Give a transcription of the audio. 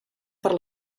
per